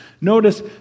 Notice